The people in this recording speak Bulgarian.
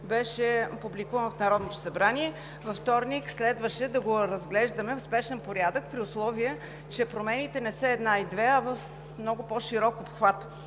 беше публикуван на сайта на Народното събрание, във вторник следваше да го разглеждаме в спешен порядък, при условие че промените не са една и две, а в много по широк обхват.